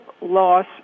loss